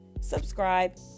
subscribe